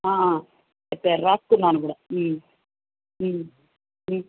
చెప్పారు రాసుకున్నాను కూడా